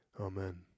Amen